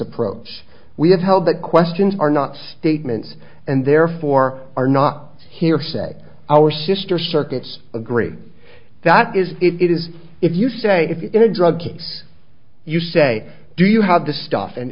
approach we have held that questions are not statements and therefore are not hearsay our sister circuits agree that is it is if you say if you did drugs you say do you have the stuff